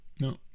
no